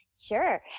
Sure